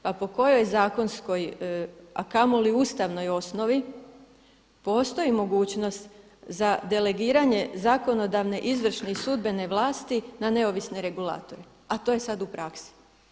Pa po kojoj zakonskoj a kamoli ustavnoj osnovi postoji mogućnost za delegiranje zakonodavne, izvršne i sudbene vlasti na neovisne regulatore, a to je sad u praksi.